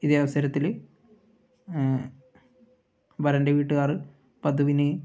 ഇതേ അവസരത്തിൽ വരൻ്റെ വീട്ടുകാർ വധുവിന്